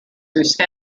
whose